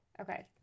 Okay